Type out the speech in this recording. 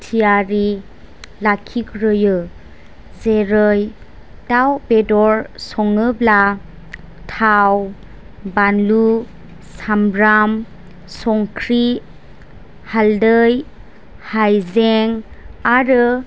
थियारि लाखिग्रोयो जेरै दाउ बेदर सङोब्ला थाव बानलु सामब्राम संख्रि हालदै हायजें आरो